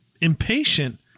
impatient